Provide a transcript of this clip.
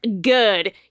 good